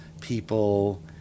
people